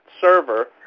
server